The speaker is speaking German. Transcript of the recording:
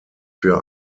für